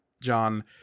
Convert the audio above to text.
John